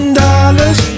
dollars